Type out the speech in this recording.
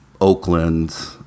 Oakland